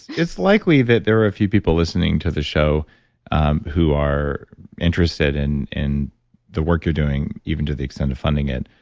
it's likely that there are a few people listening to the show who are interested in in the work you're doing, even to the extent of funding it.